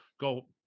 go